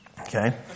Okay